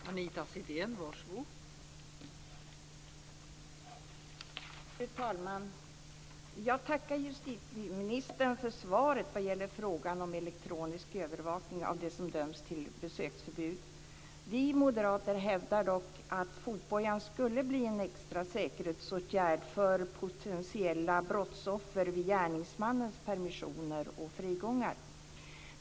Fru talman! Jag tackar justitieministern för svaret på frågan om elektronisk övervakning av dem som dömts till besöksförbud. Vi moderater hävdar dock att fotbojan skulle bli en extra säkerhetsåtgärd för potentiella brottsoffer vid gärningsmannens permission och frigång.